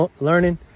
learning